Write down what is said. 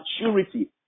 maturity